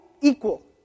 equal